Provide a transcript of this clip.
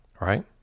right